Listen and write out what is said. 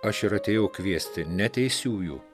aš ir atėjau kviesti ne teisiųjų